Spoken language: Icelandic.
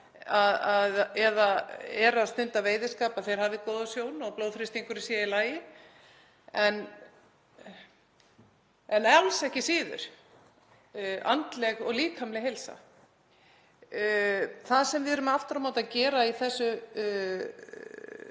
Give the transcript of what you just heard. eða eru að stunda veiðiskap hafi góða sjón og blóðþrýstingur sé í lagi en alls ekki síður andleg og líkamleg heilsa. Það sem við erum aftur á móti að gera í þessu